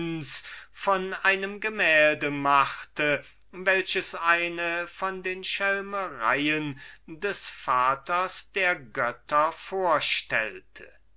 von einem gemälde machte welches eine von den schelmereien des vater jupiters vorstellte